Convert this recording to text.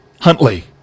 Huntley